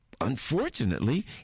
unfortunately